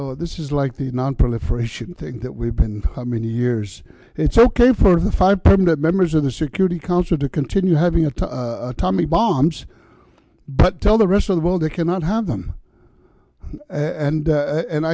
know this is like the nonproliferation thing that we've been how many years it's ok for the five permanent members of the security council to continue having after tommy bombs but tell the rest of the world they cannot have them and